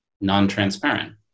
non-transparent